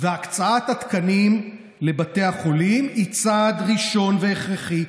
והקצאת התקנים לבתי החולים היא צעד ראשון והכרחי,